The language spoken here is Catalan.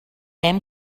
hem